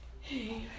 Hey